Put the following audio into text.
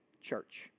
church